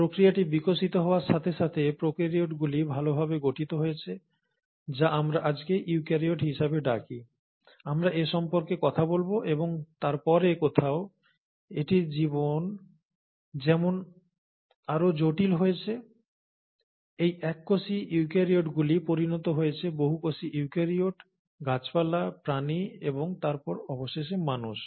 প্রক্রিয়াটি বিকশিত হওয়ার সাথে সাথে প্রোকারিওটিগুলি ভালভাবে গঠিত হয়েছে যা আমরা আজকে ইউক্যারিওট হিসাবে ডাকি আমরা এ সম্পর্কে কথা বলব এবং তারপরে কোথাও এটির জীবন যেমন আরও জটিল হয়েছে এই এককোষী ইউক্যারিওটগুলি পরিণত হয়েছে বহুকোষী ইউক্যারিওট গাছপালা প্রাণী এবং তারপর অবশেষে মানুষ